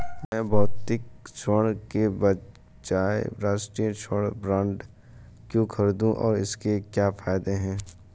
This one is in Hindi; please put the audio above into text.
मैं भौतिक स्वर्ण के बजाय राष्ट्रिक स्वर्ण बॉन्ड क्यों खरीदूं और इसके क्या फायदे हैं?